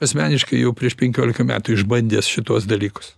asmeniškai jau prieš penkiolika metų išbandęs šituos dalykus